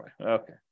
Okay